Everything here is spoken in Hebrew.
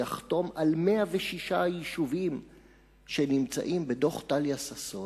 יחתום על 106 יישובים שנמצאים בדוח טליה ששון,